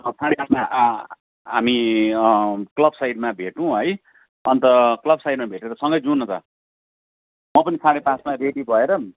अँ साढे पाँचमा हामी क्लब साइडमा भेटौँ है अन्त क्लब साइडमा भेटेर सँगै जाउँ न त म पनि साढे पाँचमा रेडी भएर पनि